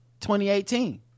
2018